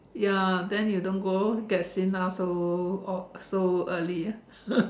ya lah then you don't get seen ah so so early ah